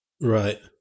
right